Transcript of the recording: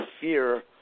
fear